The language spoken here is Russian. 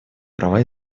права